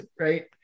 right